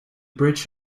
bridge